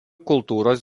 kultūros